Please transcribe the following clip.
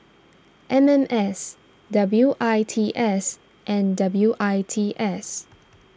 M M S W I T S and W I T S